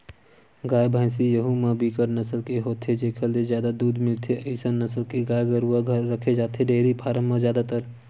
गाय, भइसी यहूँ म बिकट नसल के होथे जेखर ले जादा दूद मिलथे अइसन नसल के गाय गरुवा रखे जाथे डेयरी फारम म जादातर